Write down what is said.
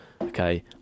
okay